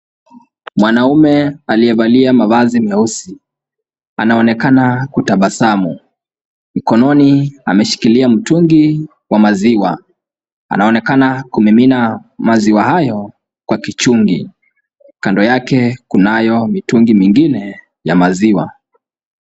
Mwanamme aliyevalia mavazi meusi, anaonekana kutabasamu. Mkononi ameshikilia mtungi wa maziwa. Anaonekana kumimina maziwa hayo kwa kichungi. Kando yake kunayo mitungi mingine ya maziwa.